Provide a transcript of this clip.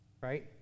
right